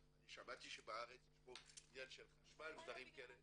אני שמעתי שגם בארץ יש מחאה על חשמל ודברים כאלה,